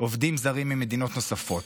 עובדים זרים ממדינות נוספות.